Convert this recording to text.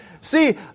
see